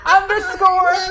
underscore